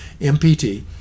MPT